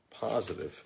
positive